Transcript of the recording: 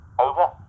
Over